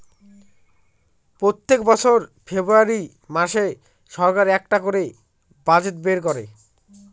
প্রত্যেক বছর ফেব্রুয়ারী মাসে সরকার একটা করে বাজেট বের করে